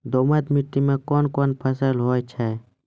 दोमट मिट्टी मे कौन कौन फसल होगा?